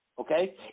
Okay